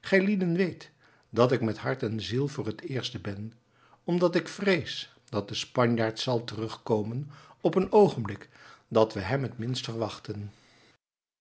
gijlieden weet dat ik met hart en ziel voor het eerste ben omdat ik vrees dat de spanjaard zal terugkomen op een oogenblik dat we hem het minst verwachten